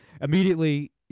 immediately